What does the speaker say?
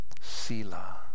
Sila